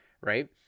right